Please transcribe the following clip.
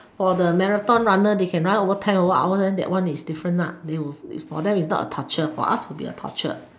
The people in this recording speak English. for the marathon runner they can run over ten over hour and that one is different they for them is not a torture for us will be a torture